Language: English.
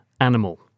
animal